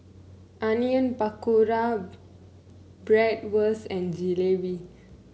Onion Pakora Bratwurst and Jalebi